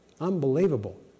Unbelievable